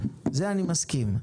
לזה אני מסכים.